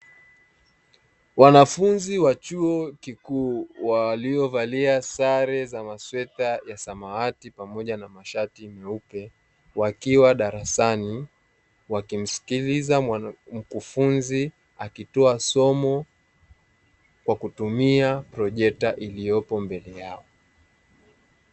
Wanafunzi wa chuo kikuu waliovalia sare za masweta ya samawati pamoja na mashati meupe wakiwa darasani wakimsikiliza mkufunzi akitoa somo kwa kutumia projekta iliyopo mbele yao.